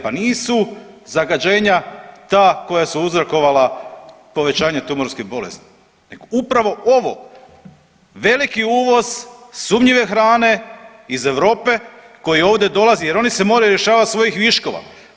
Pa nisu zagađenja ta koja su uzrokovala povećanje tumorskih bolesti, nego upravo ovo veliki uvoz sumnjive hrane iz Europe koji ovdje dolazi, jer oni se moraju rješavati svojih viškova.